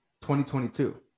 2022